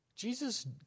Jesus